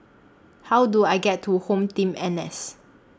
How Do I get to HomeTeam N S